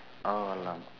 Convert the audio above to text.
ah